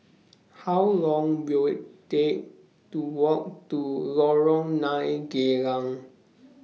How Long Will IT Take to Walk to Lorong nine Geylang